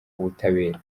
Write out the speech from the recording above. ubutabera